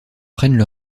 prennent